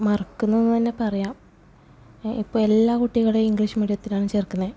മറക്കുന്നത് തന്നെ പറയാം ഇപ്പം എല്ലാ കുട്ടികളേയും ഇംഗ്ലീഷ് മീഡിയത്തിലാണ് ചേർക്കുന്നത്